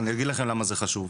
אני אגיד לכם למה זה חשוב.